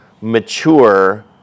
mature